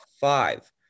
five